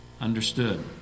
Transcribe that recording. understood